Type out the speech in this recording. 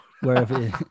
wherever